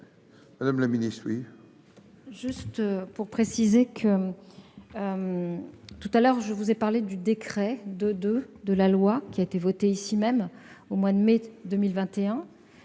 Madame la ministre, nous